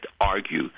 argue